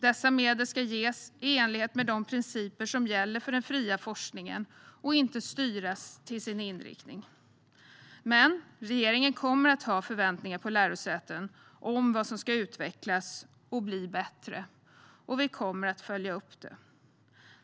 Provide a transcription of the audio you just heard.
Dessa medel ska ges i enlighet med de principer som gäller för den fria forskningen och inte styras till sin inriktning. Regeringen kommer dock att ha förväntningar på lärosätena om vad som ska utvecklas och bli bättre, och vi kommer att följa upp det.